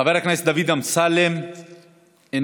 חבר הכנסת דוד אמסלם, איננו.